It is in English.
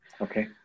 Okay